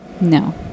No